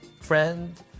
friend